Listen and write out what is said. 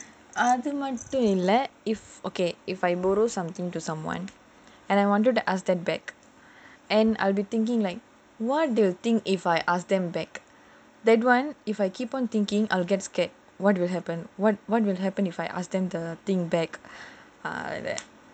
அது மட்டுமில்ல:adhu mattumilla okay if I borrow something to someone and I wanted to ask them back and I'll be thinking like what do you think if I ask them back that [one] if people thinking I'll get scared what will happen what what will happen if I ask them the thing back then